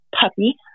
puppy